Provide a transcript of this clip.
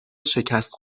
شکست